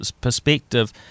perspective